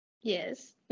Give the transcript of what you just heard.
yes